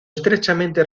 estrechamente